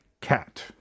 cat